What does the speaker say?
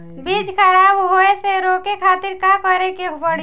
बीज खराब होए से रोके खातिर का करे के पड़ी?